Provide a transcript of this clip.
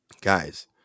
guys